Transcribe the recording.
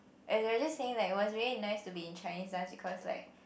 as in I was just saying like it was really nice to be in Chinese dance because like